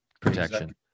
protection